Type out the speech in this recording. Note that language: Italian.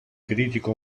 critico